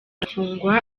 arafungwa